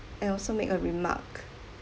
and also make a remark